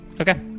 okay